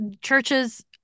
churches